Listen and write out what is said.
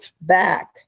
back